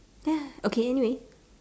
ya okay anyway